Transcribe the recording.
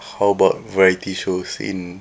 how about variety shows in